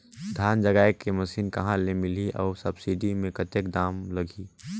धान जगाय के मशीन कहा ले मिलही अउ सब्सिडी मे कतेक दाम लगही?